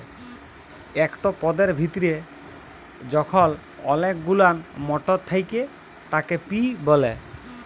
একট পদের ভিতরে যখল অলেক গুলান মটর থ্যাকে তাকে পি ব্যলে